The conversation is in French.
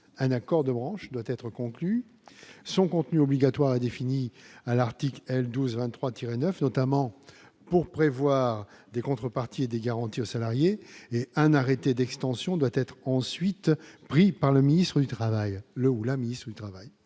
un accord de branche doit être conclu son contenu obligatoire est défini à l'article L. 12 23 tiré 9 notamment pour prévoir des contreparties et des garanties aux salariés mais un arrêté d'extension doit être ensuite pris par le ministre du Travail,